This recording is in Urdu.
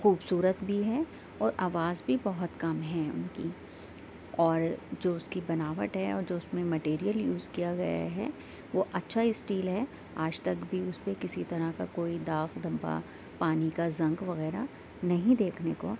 خوبصورت بھی ہے اور آواز بھی بہت کم ہے ان کی اور جو اس کی بناوٹ ہے اور جو اس میں مٹیریل یوز کیا ہوا ہے وہ اچھا اسٹیل ہے آج تک بھی اس پہ کسی طرح کا کوئی داغ دھبہ پانی کا زنگ وغیرہ نہیں دیکھنے کو